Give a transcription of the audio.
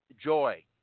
Joy